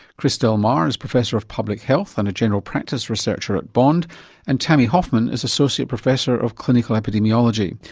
chris del mar is professor of public health and a general practice researcher at bond and tammy hoffman is associate professor of clinical epidemiology.